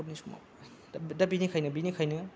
दा बिनिखायनो बिनिखायनो